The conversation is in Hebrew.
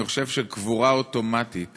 אני חושב שקבורה אוטומטית